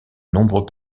nombreux